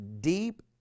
deep